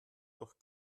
durch